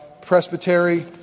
Presbytery